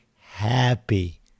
happy